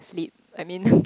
sleep I mean